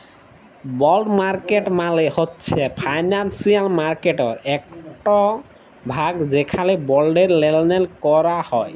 বল্ড market মালে হছে financial মার্কেটটর একট ভাগ যেখালে বল্ডের লেলদেল ক্যরা হ্যয়